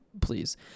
please